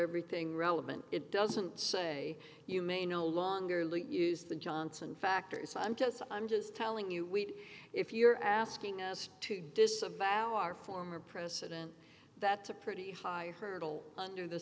everything relevant it doesn't say you may no longer least use the johnson factor so i'm just i'm just telling you we if you're asking us to disavow our former president that's a pretty high hurdle under the